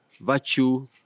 virtue